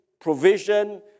provision